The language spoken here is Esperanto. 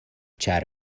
ĉar